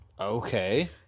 Okay